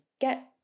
get